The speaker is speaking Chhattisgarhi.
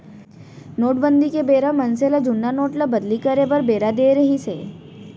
नोटबंदी के बेरा मनसे ल जुन्ना नोट ल बदली करे बर बेरा देय रिहिस हे